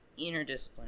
interdisciplinary